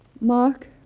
Mark